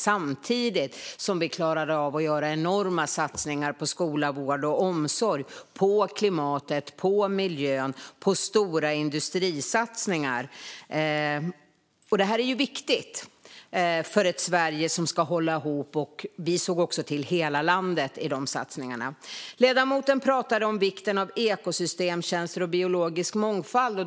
Samtidigt klarade vi av att göra enorma satsningar på skola, vård, omsorg, klimatet och miljön och att göra stora industrisatsningar. Detta är ju viktigt för ett Sverige som ska hålla ihop. Vi såg också till hela landet i de satsningarna. Ledamoten pratade om vikten av ekosystemtjänster och biologisk mångfald.